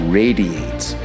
radiates